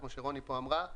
כמו שרני נויבואר אמרה.